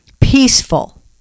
peaceful